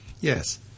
Yes